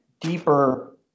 deeper